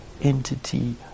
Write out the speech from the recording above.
entity